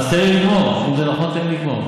אז תן לי לגמור, אם זה נכון, תן לי לגמור.